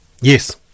Yes